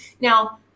Now